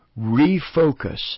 refocus